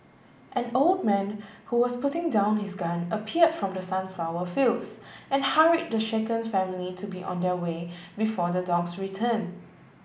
an old man who was putting down his gun appeared from the sunflower fields and hurried the shaken family to be on their way before the dogs return